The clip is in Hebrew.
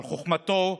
על חוכמתו הרבה,